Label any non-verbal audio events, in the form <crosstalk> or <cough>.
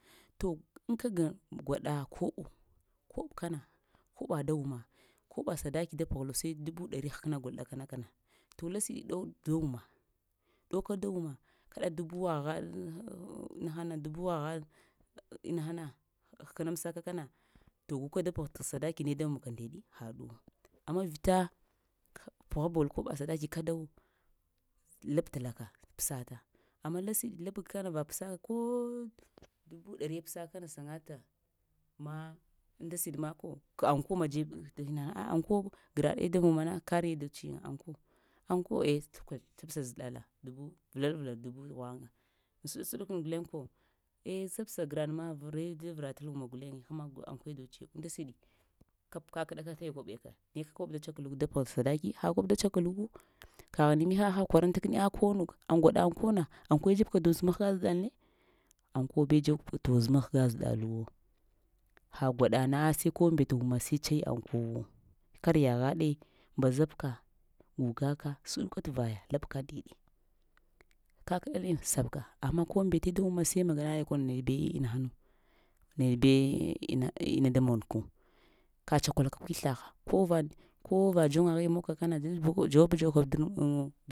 To aŋ kəg gwaɗa koɓo, koɓ kana koɓa da umma, koɓa sadaki təgwdo sai dubu ɗari həkna gol ɗakana kana, to lasiɗi ɗogh dzoŋa, ɗowka da umma kaɗa dubuwagnaɗ <hesitation> dubuwa-ghaɗŋ inahana həkənamsaka kana, to guka da pəgh tə sadaki ne da monka ndaɗi haɗu, amma vita pəghabol koɓa sadaki kadawo labtalaka pəsata, amma lasiɗi labe kana va pəsata ko dubu ɗariye pəsal kana sənata, ma unda siɗ ma ko kaŋ koɓ ma da dzəbna dəhna ah aŋko graɗe da ummana kariye dotsiyiŋ aŋko, aŋko eh təpəs zəɗala dubu velaɗuŋ-velal dubu ghwaŋa, aŋ ses ɗok guleŋ ko eh sabsa graɗma vere da veratal umma guleye kuma aŋkwe dotsi yiŋ unnda siɗ, kap kakaɗaka taya koɓya kaya ne kə koɓ da tsakaluk da pəgh sadakiyi ha koɓ da tsakaluku kaghni mihaha kwarantak kəni a konu aŋ gwaɗa aŋkona, ankwe dzebka doz mahga zəɗal ne? Aŋko be dzebka doz məhga zəɗaluwo ha gwaɗa nah sai konu mbet wumma sai tsai tə aŋkowo kariya ghaɗe mbazab ka, gugakak, səɗuka tə vaya labka ndeɗe, kəkəɗalini səbka amma ko mbete tə umma sai maganai aŋko naya be inaha nu nayabe-ina-ina da monku, ka tsakolka kwislegha kova-kova dzoŋaghe mogka kana dav-vuku dzawab-dzawaka dar. <unintelligible>